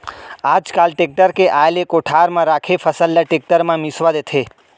आज काल टेक्टर के आए ले कोठार म राखे फसल ल टेक्टर म मिंसवा देथे